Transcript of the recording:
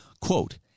quote